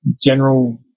general